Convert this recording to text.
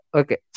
okay